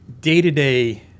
day-to-day